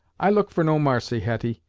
i look for no marcy, hetty,